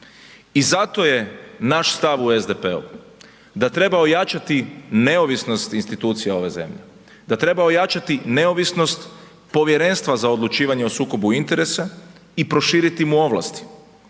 I zato je naš stav u SDP-u da treba ojačati neovisnost institucija ove zemlje, da treba ojačati neovisnost Povjerenstva za odlučivanje o sukobu interesa i proširiti mu ovlasti.